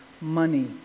money